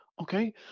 Okay